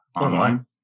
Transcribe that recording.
online